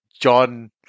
John